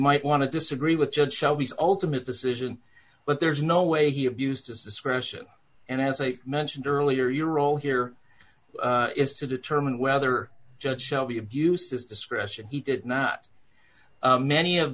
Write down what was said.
might want to disagree with judge shelby's ultimate decision but there's no way he abused his discretion and as i mentioned earlier your role here is to determine whether judge shelby abused his discretion he did not many of